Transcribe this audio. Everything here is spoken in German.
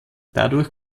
dadurch